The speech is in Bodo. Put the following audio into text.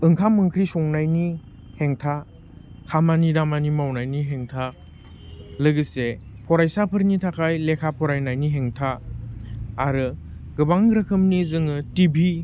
ओंखाम ओंख्रि संनायनि हेंथा खामानि दामानि मावनायनि हेंथा लोगोसे फरायसाफोरनि थाखाय लेखा फरायनाइनि हेंथा आरो गोबां रोखोमनि जोङो टि भि